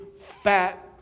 fat